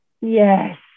Yes